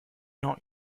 not